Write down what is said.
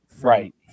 right